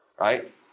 Right